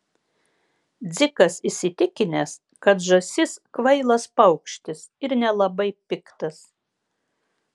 dzikas įsitikinęs kad žąsis kvailas paukštis ir nelabai piktas